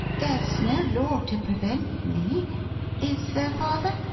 there's no law to prevent me is there, father